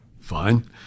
Fine